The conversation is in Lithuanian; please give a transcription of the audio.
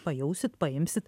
pajausit paimsit